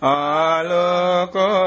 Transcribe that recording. aloko